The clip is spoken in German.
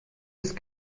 ist